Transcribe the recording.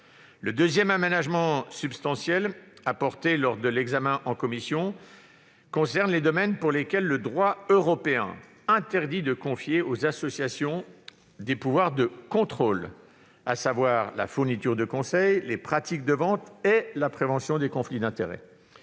Le deuxième aménagement substantiel apporté lors de l'examen en commission concerne les domaines pour lesquels le droit européen interdit de confier aux associations des pouvoirs de contrôle, à savoir la fourniture de conseils, les pratiques de vente et la prévention des conflits d'intérêts.